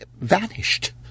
vanished